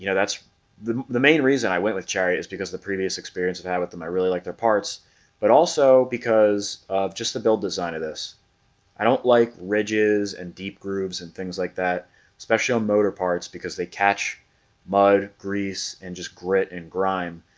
yeah that's the the main reason i went with cherry is because the previous experience i had with them i really liked their parts but also because of just the build design of this i don't like ridges and deep grooves and things like that special motor parts because they catch mud grease and just grit and grime.